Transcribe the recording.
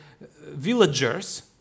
villagers